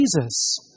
Jesus